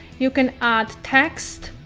you can add text.